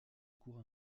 cour